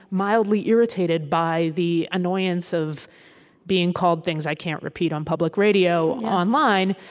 mildly irritated by the annoyance of being called things i can't repeat on public radio, online,